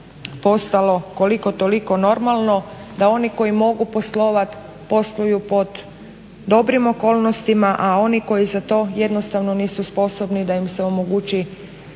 postalo koliko toliko normalno, da oni koji mogu poslovat posluju pod dobrim okolnostima, a oni koji za to jednostavno nisu sposobni da im se omogući